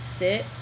sit